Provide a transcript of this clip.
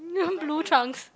uh blue trunks